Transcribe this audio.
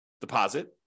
deposit